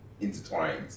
intertwined